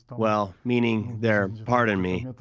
well, meaning, there, pardon me,